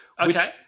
Okay